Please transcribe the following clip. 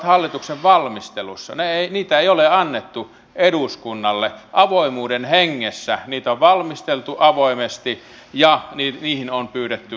tänään kun puhutaan sisäasioista niin tietysti meidän keskeinen kysymyksemme kun maahanmuutosta puhutaan on se miten kotouttamista täällä sisäministeriön pääluokassa tehdään